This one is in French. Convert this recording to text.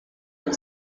elle